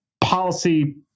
policy